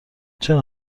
چرا